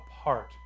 apart